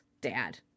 dad